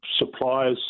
suppliers